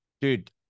Dude